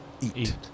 eat